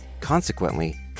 Consequently